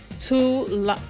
Two